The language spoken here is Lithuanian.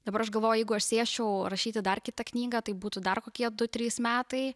dabar aš galvoju jeigu aš sėsčiau rašyti dar kitą knygą tai būtų dar kokie du trys metai